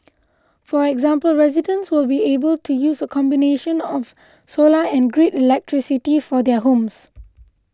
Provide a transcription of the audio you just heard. for example residents will be able to use a combination of solar and grid electricity for their homes